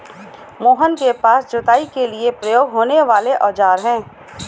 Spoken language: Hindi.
मोहन के पास जुताई के लिए प्रयोग होने वाले औज़ार है